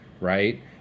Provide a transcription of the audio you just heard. right